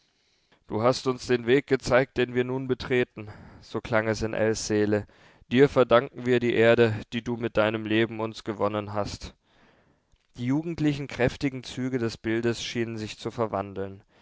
du hast uns den weg gezeigt den wir nun betreten so klang es in ells seele dir verdanken wir die erde die du mit deinem leben uns gewonnen hast die jugendlichen kräftigen züge des bildes schienen sich zu verwandeln